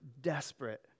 desperate